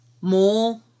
more